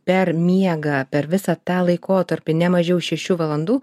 per miegą per visą tą laikotarpį ne mažiau šešių valandų